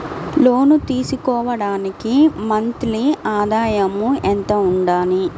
లోను తీసుకోవడానికి మంత్లీ ఆదాయము ఎంత ఉండాలి?